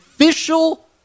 Official